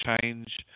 change